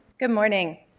good morning.